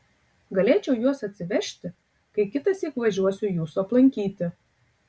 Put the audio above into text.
galėčiau juos atsivežti kai kitąsyk važiuosiu jūsų aplankyti